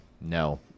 No